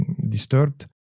disturbed